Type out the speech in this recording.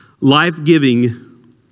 Life-giving